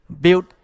build